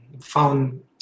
found